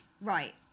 right